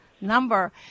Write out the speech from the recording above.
number